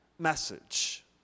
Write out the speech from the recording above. message